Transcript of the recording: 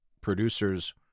producers